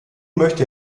möchte